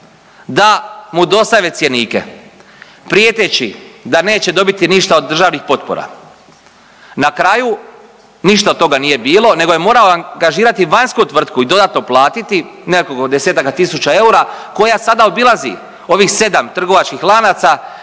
da mu dostave cjenike, prijeteći da neće dobiti ništa od državnih potpora. Na kraju, ništa od toga nije bio nego je morao angažirati vanjsku tvrtku i dodatno platiti nekoliko desetaka tisuća eura koja sada obilazi ovih 7 trgovačkih lanaca